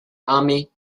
army